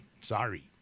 Sorry